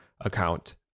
account